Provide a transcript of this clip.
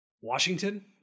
Washington